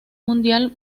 mundial